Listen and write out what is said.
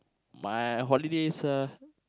my holidays uh